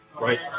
right